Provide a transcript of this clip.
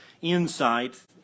insight